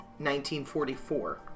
1944